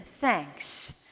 thanks